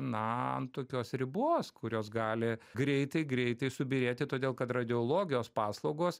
na ant tokios ribos kurios gali greitai greitai subyrėti todėl kad radiologijos paslaugos